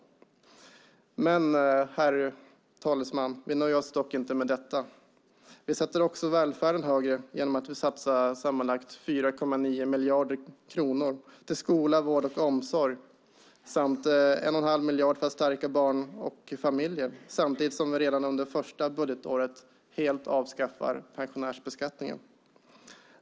Herr talman! Vi nöjer oss dock inte med detta. Vi sätter också välfärden högre genom att vi satsar sammanlagt 4,9 miljarder kronor på skola, vård och omsorg samt 1,5 miljarder för att stärka barn och familjer, samtidigt som vi redan under första budgetåret helt avskaffar pensionärsbeskattningen.